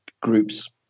groups